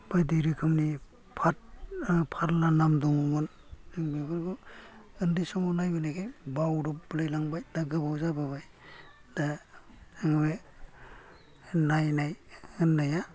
बायदि रोखोमनि फात फारला नाम दङमोन बेफोरखौ ओनदै समाव नायबो नायखाय बावदबलाय लांबाय दा गोबाव जाबोबाय दा बे नायनाय होननाया